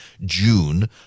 June